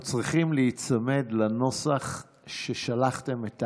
אנחנו מצביעים על הצעת חוק מימון מדיח כלים למשפחות ברוכות ילדים.